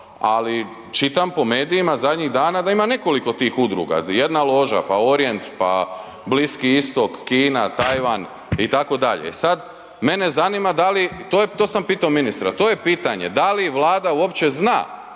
ali čitam po medijima zadnjih dana da ima nekoliko tih udruga, di jedna loža, pa Orijent, pa Bliski Istok, Kina, Tajvan, itd. Sad, mene zanima da li, to sam pitao ministra, to je pitanje, da li Vlada uopće zna